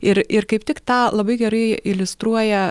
ir ir kaip tik tą labai gerai iliustruoja